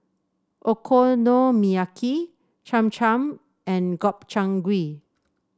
Okonomiyaki Cham Cham and Gobchang Gui